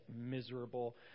miserable